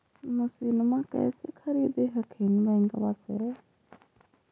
मसिनमा कैसे खरीदे हखिन बैंकबा से?